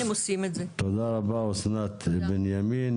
תודה רבה אסנת בנימין.